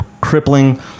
crippling